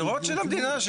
דירות של המדינה.